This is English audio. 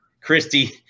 Christy